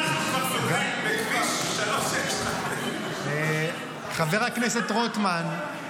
------ בכביש 36. חבר הכנסת רוטמן,